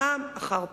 פעם אחר פעם.